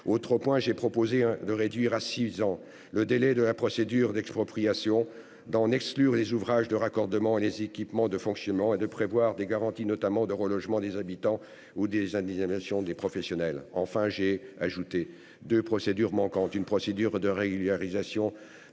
ailleurs, j'ai proposé de réduire à six ans le délai de la procédure d'expropriation, d'en exclure les ouvrages de raccordement et les équipements de fonctionnement, ainsi que de prévoir des garanties, notamment de relogement des habitants ou d'indemnisation des professionnels. Enfin, j'ai ajouté deux procédures manquantes